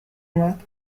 اومد